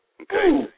okay